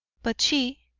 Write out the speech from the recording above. but she,